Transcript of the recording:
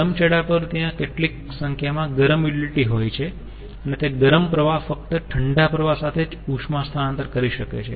ગરમ છેડા પર ત્યાં કેટલીક સંખ્યામાં ગરમ યુટીલીટી હોય છે અને તે ગરમ પ્રવાહ ફક્ત ઠંડા પ્રવાહ સાથે જ ઉષ્મા સ્થાનાંતર કરી શકે છે